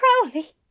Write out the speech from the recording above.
Crowley